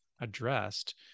addressed